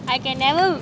I can never